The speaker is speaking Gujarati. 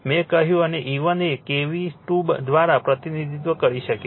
મેં કહ્યું અને E1 એ KV2 દ્વારા પ્રતિનિધિત્વ કરી શકે છે